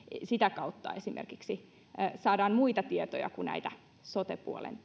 sitä kautta saadaan muita tietoja kuin näitä sote puolen